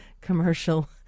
commercial